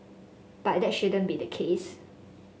but that shouldn't be the case